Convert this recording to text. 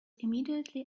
immediately